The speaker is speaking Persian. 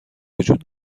وجود